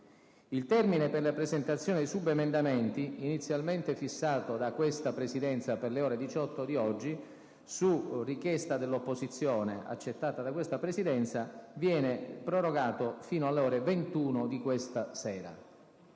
Il termine per la presentazione dei subemendamenti, inizialmente fissato da questa Presidenza per le ore 18 di oggi, su richiesta dell’opposizione, accettata dalla Presidenza, viene prorogato fino alle ore 21 di questa sera.